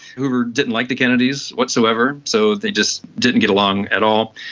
hoover didn't like the kennedys whatsoever, so they just didn't get along at all,